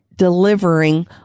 delivering